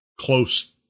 close